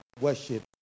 worship